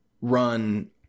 run